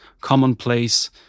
commonplace